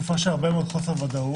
תקופה של הרבה חוסר ודאות.